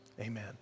amen